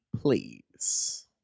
Please